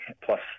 Plus